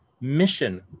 mission